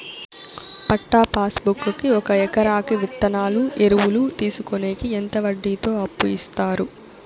పట్టా passbook కి ఒక ఎకరాకి విత్తనాలు, ఎరువులు తీసుకొనేకి ఎంత వడ్డీతో అప్పు ఇస్తారు?